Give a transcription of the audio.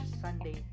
Sunday